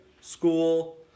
school